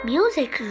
Music